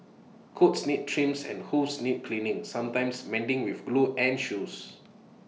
coats need trims and hooves need cleaning sometimes mending with glue and shoes